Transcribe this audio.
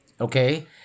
okay